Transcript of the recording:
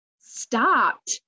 stopped